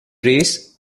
race